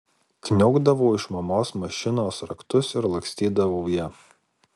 kniaukdavau iš mamos mašinos raktus ir lakstydavau ja